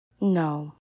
No